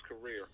career